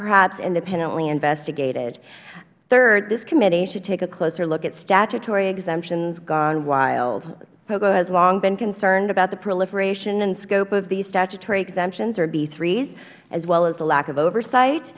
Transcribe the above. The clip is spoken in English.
perhaps independently investigated third this committee should take a closer look at statutory exemptions gone wild pogo has long been concerned about the proliferation and scope of these statutory exemptions or bs as well as the lack of oversight